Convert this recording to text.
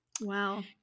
Wow